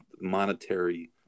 monetary